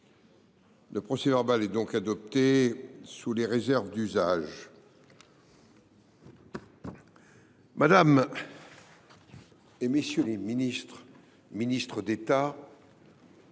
Le procès verbal est adopté sous les réserves d’usage.